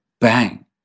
bang